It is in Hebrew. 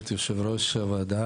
יושב הראש של הוועדה,